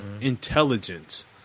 Intelligence